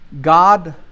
God